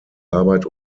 arbeit